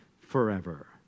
forever